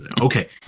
Okay